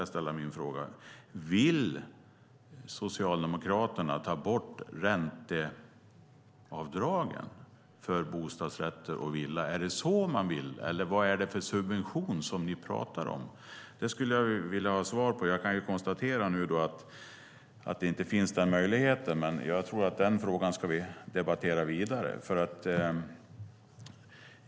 Då måste jag fråga: Vill Socialdemokraterna ta bort ränteavdragen för bostadsrätter och villor? Är det detta man vill, eller vad är det för subvention som ni pratar om? Det skulle jag vilja ha svar på. Jag kan nu konstatera att Leif Jakobsson inte har den möjligheten, men jag tror att vi kommer att debattera den frågan vidare.